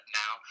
now